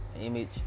image